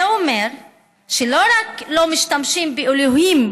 זה אומר שלא רק שלא משתמשים באלוהים,